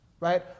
Right